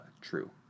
true